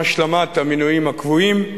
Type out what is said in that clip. עם השלמת המינויים הקבועים,